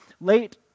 late